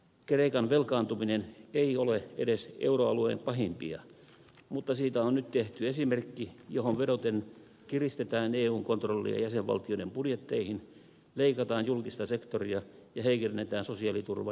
kreikan velkaantuminen ei ole edes euroalueen pahimpia mutta siitä on nyt tehty esimerkki johon vedoten kiristetään eun kontrollia jäsenvaltioiden budjetteihin leikataan julkista sektoria ja heikennetään sosiaaliturvaa ja työehtoja